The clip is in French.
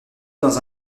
dans